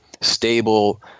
stable